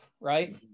right